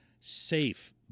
safe